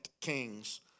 Kings